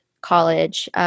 college